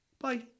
bye